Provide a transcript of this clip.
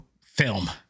film